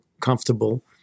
comfortable